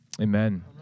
Amen